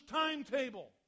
timetable